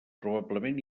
probablement